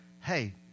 hey